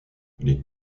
les